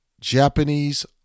Japanese